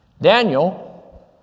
Daniel